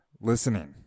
listening